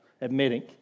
admitting